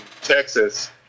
Texas